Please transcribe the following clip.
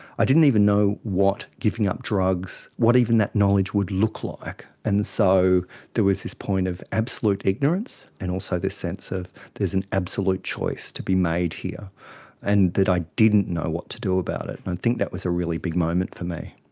i didn't even know what giving up drugs, what even that knowledge would look like, and so there was this point of absolute ignorance and also this sense of there's an absolute choice to be made here and that i didn't know what to do about it. i and and think that was a really big moment for me.